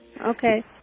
Okay